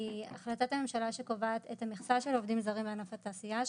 החלטת ממשלה קובעת את המכסה של עובדים זרים לענף התעשייה,